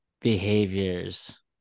behaviors